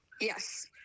Yes